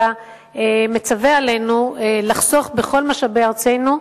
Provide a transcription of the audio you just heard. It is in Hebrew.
אלא מצווה עלינו לחסוך בכל משאבי ארצנו,